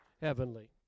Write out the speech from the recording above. Heavenly